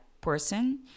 person